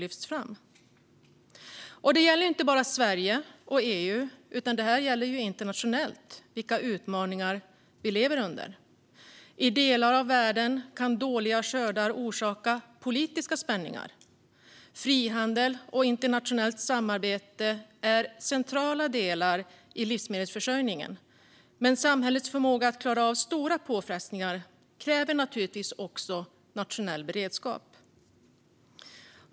Vilka utmaningar vi lever under gäller inte bara Sverige och EU utan internationellt. I delar av världen kan dåliga skördar orsaka politiska spänningar. Frihandel och internationellt samarbete är centrala delar i livsmedelsförsörjningen. Men samhällets förmåga att klara av stora påfrestningar kräver naturligtvis också nationell beredskap.